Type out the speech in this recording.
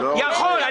הוא יכול.